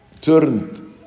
turned